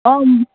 অঁ